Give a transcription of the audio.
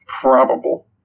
Probable